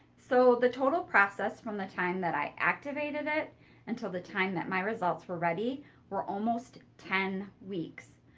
so the total process from the time that i activated it until the time that my results were ready were almost ten weeks.